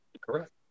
Correct